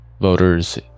Voters